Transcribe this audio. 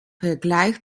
vergleich